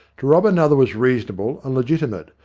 to rob another was reasonable and legitimate,